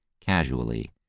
casually